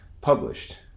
published